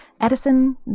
Edison